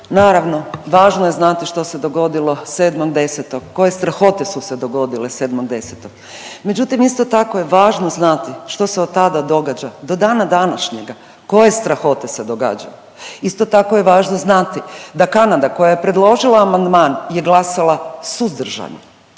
Naravno, važno je znati što se dogodilo 7.10., koje strahote su se dogodile 7.10., međutim, isto tako je važno znati što se od tada događa. Do dana današnjega, koje strahote se događaju. Isto tako je važno znati da Kanada, koja je predložila amandman je glasala suzdržano.